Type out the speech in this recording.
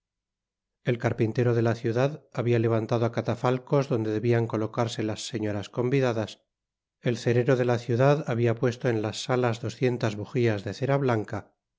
el carpintero de la ciudad habia levantado catafalcos donde debian colocarse las señoras convidadas el cerero de la ciudad habia puesto en las salas doscientas bujías de cera blanca